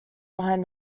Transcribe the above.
behind